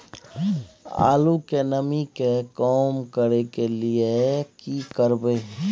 आलू के नमी के कम करय के लिये की करबै?